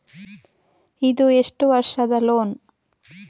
ಇದು ಎಷ್ಟು ವರ್ಷದ ಲೋನ್?